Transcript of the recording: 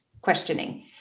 Questioning